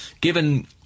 Given